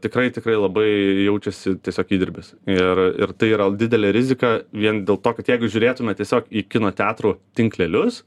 tikrai tikrai labai jaučiasi tiesiog įdirbis ir ir tai yra didelė rizika vien dėl to kad jeigu žiūrėtume tiesiog į kino teatrų tinklelius